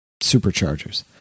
superchargers